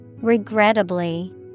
Regrettably